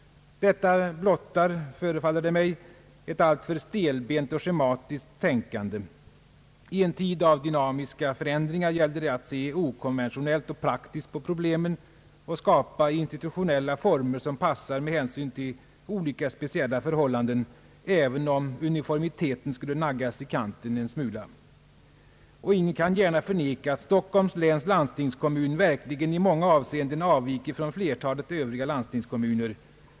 Detta blottar, förefaller det mig, ett alltför stelbent och schematiskt tänkande. I en tid av dynamiska förändringar gäller det att se okonventionellt och praktiskt på problemen och skapa institutionella former som passar med hänsyn till olika speciella förhållanden, även om uniformiteten skulle naggas i kanten en smula. Och ingen kan gärna förneka att Stockholms läns landstingskommun verkligen i många avseenden avviker från flertalet övriga landstingskommuner.